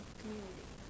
community